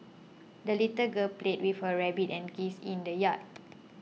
the little girl played with her rabbit and geese in the yard